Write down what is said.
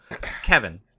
Kevin